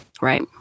Right